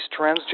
transgender